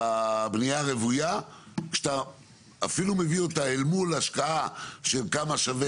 בבנייה הרוויה שאפילו אתה מביא אותה אל מול השקעה של כמה שווה